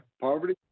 Poverty